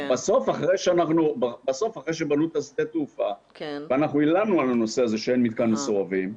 אחרי שבנו את שדה התעופה אנחנו הלנו על הנושא הזה שאין מתקן מסורבים,